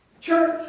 Church